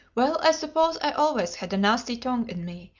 well, i suppose i always had a nasty tongue in me,